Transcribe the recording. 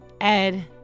Ed